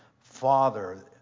father